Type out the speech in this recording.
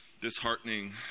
disheartening